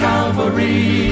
Calvary